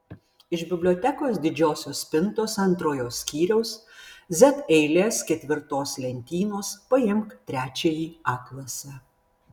iš bibliotekos didžiosios spintos antrojo skyriaus z eilės ketvirtos lentynos paimk trečiąjį atlasą